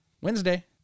Wednesday